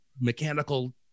mechanical